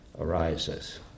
arises